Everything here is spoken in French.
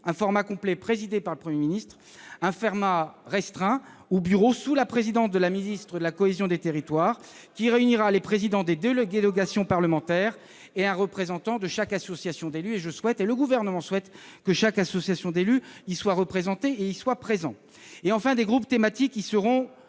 un format complet présidé par le Premier ministre, un format restreint ou bureau, sous la présidence de la ministre de la cohésion des territoires, qui réunira les présidents des deux délégations parlementaires et un représentant de chaque association d'élus. Paroles, paroles ... Le Gouvernement souhaite que chaque association d'élus y soit représentée. Enfin, des groupes thématiques y seront